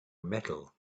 metal